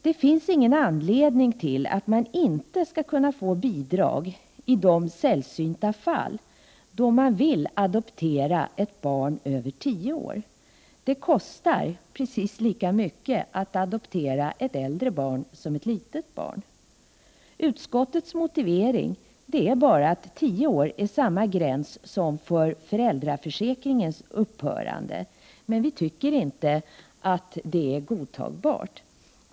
Det finns ingen anledning till att inte ge bidrag i de sällsynta fall då någon vill adoptera ett barn över 10 år. Det kostar precis lika mycket att adoptera ett äldre barn som ett litet barn. Utskottets motivering är bara att 10 år är samma gräns som för föräldraförsäkringens upphörande, men vi tycker inte att det är godtagbart.